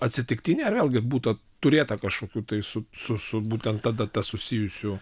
atsitiktinė ar vėlgi būta turėta kažkokių tai su su su būtent ta data susijusių